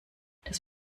das